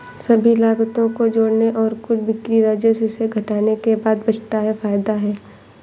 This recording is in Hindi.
सभी लागतों को जोड़ने और कुल बिक्री राजस्व से घटाने के बाद बचता है फायदा है